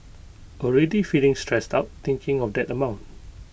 already feeling stressed out thinking of that amount